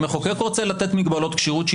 אם המחוקק רוצה לתת מגבלות כשירות,